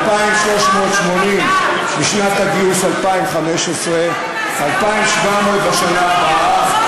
2,380 בשנת הגיוס 2015, 2,700 בשנה הבאה.